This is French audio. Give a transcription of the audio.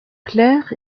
clerc